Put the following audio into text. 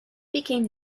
became